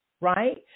right